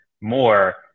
more